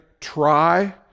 try